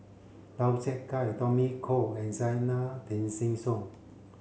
Lau Chiap Khai Tommy Koh and Zena Tessensohn